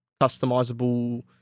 customizable